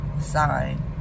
sign